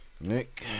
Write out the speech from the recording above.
Nick